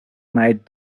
night